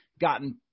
gotten